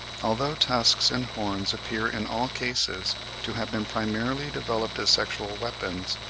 although tusks and horns appear in all cases to have been primarily developed as sexual weapons,